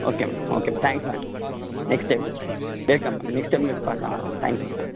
okay ma'am okay ma'am thanks ma'am next time welcome ma'am next time போய் பார்க்கலாம் ma'am thanks ma'am